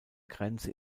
grenze